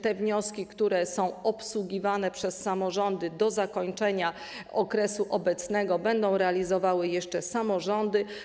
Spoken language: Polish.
Te wnioski, które są obsługiwane przez samorządy do zakończenia obecnego okresu, będą realizowały jeszcze samorządy.